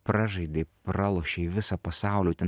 pražaidei pralošei visą pasaulį o ten